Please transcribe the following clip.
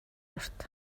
урт